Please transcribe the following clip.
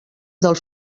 del